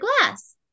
glass